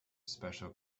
special